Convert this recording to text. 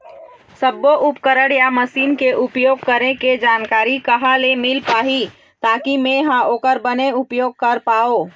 सब्बो उपकरण या मशीन के उपयोग करें के जानकारी कहा ले मील पाही ताकि मे हा ओकर बने उपयोग कर पाओ?